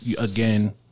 again